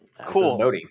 Cool